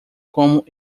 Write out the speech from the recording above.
como